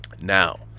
Now